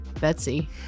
betsy